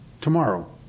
tomorrow